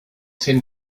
tin